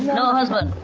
no husband?